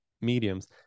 mediums